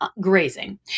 grazing